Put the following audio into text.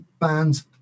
bands